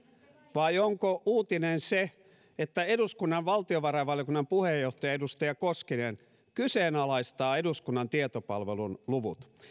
vai onko uutinen se että eduskunnan valtiovarainvaliokunnan puheenjohtaja edustaja koskinen kyseenalaistaa eduskunnan tietopalvelun luvut